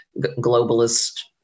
globalist